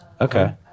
Okay